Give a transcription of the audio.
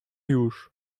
już